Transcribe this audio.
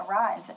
arrive